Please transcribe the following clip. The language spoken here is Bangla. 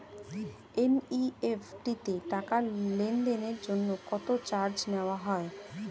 এন.ই.এফ.টি তে টাকা লেনদেনের জন্য কত চার্জ নেয়া হয়?